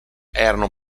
erano